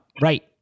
right